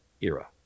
era